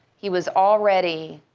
he was already